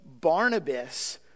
Barnabas